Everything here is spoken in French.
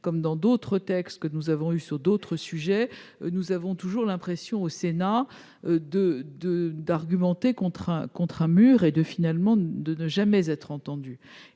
comme pour d'autres textes que nous avons examinés sur d'autres sujets, nous avons toujours l'impression, au Sénat, d'argumenter face à un mur et, finalement, de ne jamais être entendus.